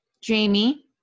jamie